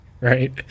right